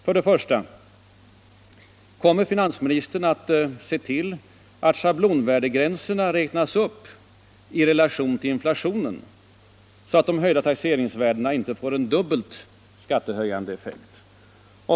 För det första: Kommer finansministern att se till att schablonvärdegränserna räknas upp i relation till inflationen, så att de höjda taxeringsvärdena inte får en dubbelt skattehöjande effekt?